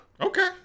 Okay